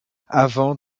avant